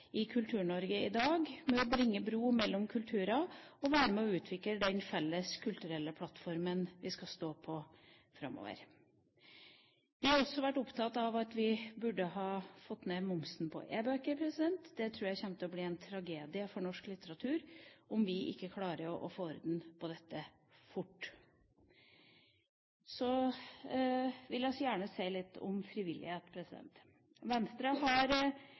i Kultur-Norge i dag med å bygge bro mellom kulturer og være med og utvikle den felles kulturelle plattformen vi skal stå på framover. Vi har også vært opptatt av at man burde ha fått ned momsen på e-bøker. Jeg tror det kommer til å bli en tragedie for norsk litteratur om vi ikke klarer å få orden på dette fort. Så vil jeg også gjerne si litt om frivillighet. Venstre har